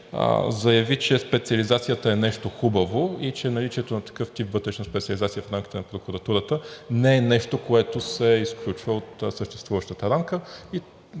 заяви, че специализацията е нещо хубаво и че наличието на такъв тип вътрешна специализация в рамките на прокуратурата не е нещо, което се изключва от съществуващата рамка.